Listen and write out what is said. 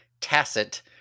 Tacit